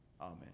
Amen